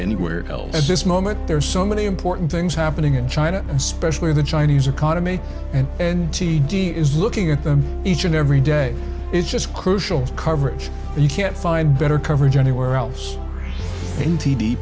anywhere else at this moment there are so many important things happening in china especially the chinese economy and and t d is looking at them each and every day is just crucial coverage and you can't find better coverage anywhere else in t